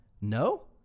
No